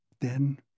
Then